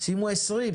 שימו 20,